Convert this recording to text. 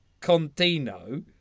Contino